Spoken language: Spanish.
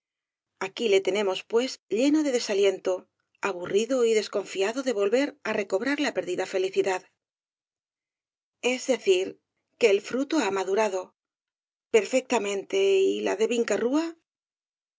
aquí le tenemos pues lleno de desaliento aburrido y desconfiado de volver á recobrar la perdida felicidad es decir que el fruto ha madurado perfectamente y la de